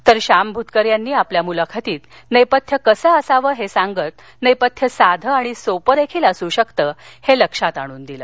तर शाम भूतकर यांनी आपल्या मुलाखतीत नेपथ्य कसं असावं हे सांगत नेपथ्य साधं आणि सोपं देखील असू शकतं हे लक्षात आणून दिलं